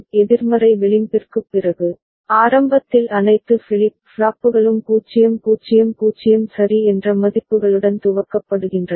எதிர்மறை விளிம்பிற்குப் பிறகு ஆரம்பத்தில் அனைத்து ஃபிளிப் ஃப்ளாப்புகளும் 000 சரி என்ற மதிப்புகளுடன் துவக்கப்படுகின்றன